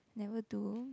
never do